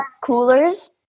coolers